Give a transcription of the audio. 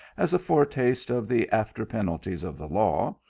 as a fore taste of the after penalties of the law,